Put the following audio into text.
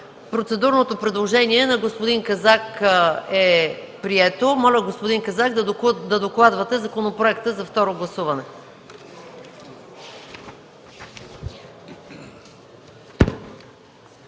Процедурното предложение на господин Казак е прието. Моля, господин Казак, да докладвате законопроекта за второ гласуване.